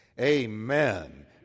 amen